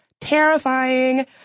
terrifying